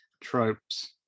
tropes